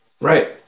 Right